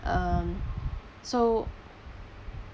um so